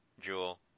jewel